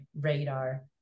radar